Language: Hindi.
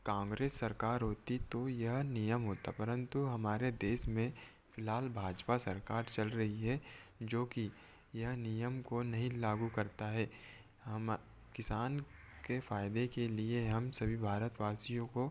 कांग्रेस सरकार होती तो यह नियम होता परंतु हमारे देश में फिलहाल भाजपा सरकार चल रही है जो कि यह नियम को नहीं लागू करता है हम किसान के फ़ायदे के लिए हम सभी भारतवासियों को